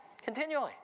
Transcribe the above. Continually